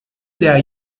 der